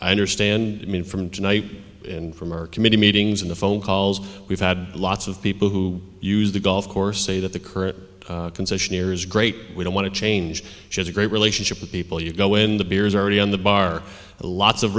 i understand i mean from tonight and from her committee meetings in the phone calls we've had lots of people who use the golf course say that the current concessionaire is great we don't want to change here's a great relationship with people you go in the beers already on the bar lots of